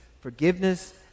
forgiveness